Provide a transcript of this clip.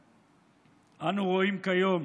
אנו רואים כיום